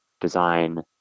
design